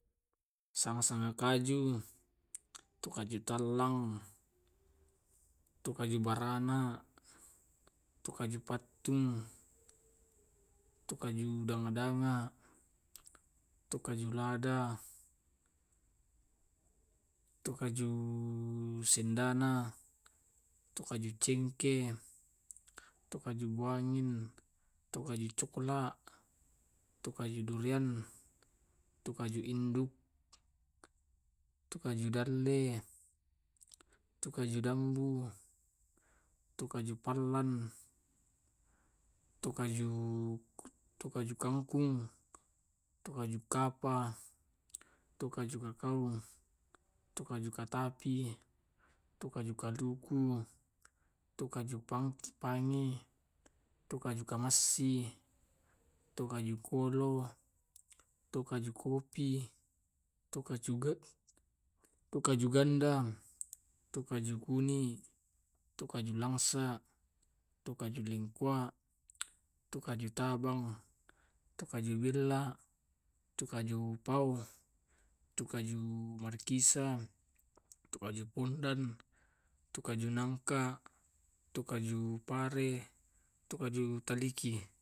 Sanga sanga kaju. tu kaju tallang, tu kaju barana, tu kaju pattung, tu kaju danga-danga, tu kaju lada, tu kaju sendana, tu kaju cengke, tu kaju buangin, tu kaju cokelat, tu kaju durian, tu kaju indu, tu kaju dalle, tu kaju dambu, tu kaju pallang, tu kaju tu kaju kangkung, tu kaju kapa, tu kaju kakao, tu kaju katapi, tu kaju kaluku,, tu kaju pangi, tukaju kamassi, tu kaju kolo, tu kaju kopi, tuju get tukaju ganda, tu kaju uni, tu kaju langsa, tu kaju lengkua, tu kaju tabang. tu kaju gillang, tu kaju pao, tu kaju barkisa, tu kaju kundang, tu kaju nangka, tu kaju pare, tu kaju kaliki.